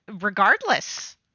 regardless